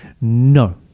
No